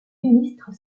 ministre